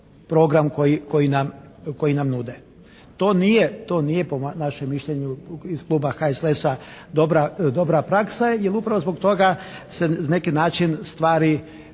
program koji nam nude. To nije, po našem mišljenju iz Kluba HSLS-a, dobra praksa jer upravo zbog toga se na neki način stvari